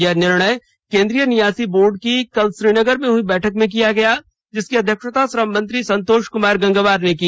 यह निर्णय केन्द्रीय नियासी बोर्ड की कल श्रीनगर में हुई बैठक में किया गया जिसकी अध्यक्षता श्रम मंत्री संतोष कमार गंगवार ने की